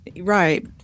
Right